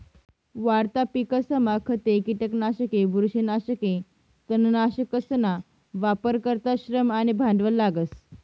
वाढता पिकसमा खते, किटकनाशके, बुरशीनाशके, तणनाशकसना वापर करता श्रम आणि भांडवल लागस